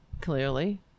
Clearly